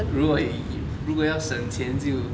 如果以如果要省钱就